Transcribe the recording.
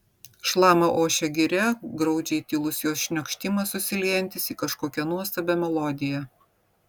šlama ošia giria graudžiai tylus jos šniokštimas susiliejantis į kažkokią nuostabią melodiją